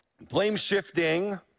blame-shifting